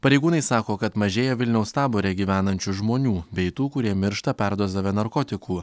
pareigūnai sako kad mažėja vilniaus tabore gyvenančių žmonių bei tų kurie miršta perdozavę narkotikų